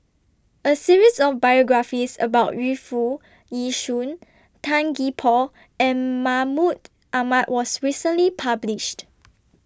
A series of biographies about Yu Foo Yee Shoon Tan Gee Paw and Mahmud Ahmad was recently published